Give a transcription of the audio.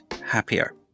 happier